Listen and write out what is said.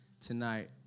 tonight